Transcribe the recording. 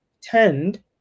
tend